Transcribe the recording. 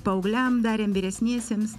paaugliam darėm vyresniesiems